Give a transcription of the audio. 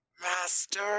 Master